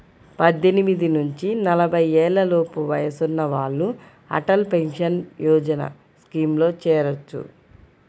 పద్దెనిమిది నుంచి నలభై ఏళ్లలోపు వయసున్న వాళ్ళు అటల్ పెన్షన్ యోజన స్కీమ్లో చేరొచ్చు